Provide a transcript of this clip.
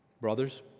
Brothers